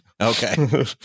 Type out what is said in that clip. Okay